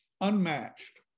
unmatched